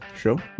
show